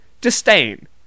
Disdain